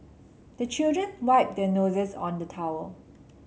the children wipe their noses on the towel